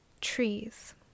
Trees